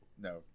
No